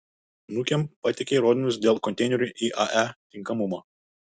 nukem pateikė įrodymus dėl konteinerių iae tinkamumo